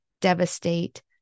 devastate